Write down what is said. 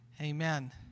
Amen